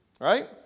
right